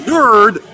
Nerd